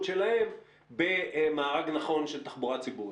שלהם במארג נכון של תחבורה ציבורית?